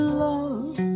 love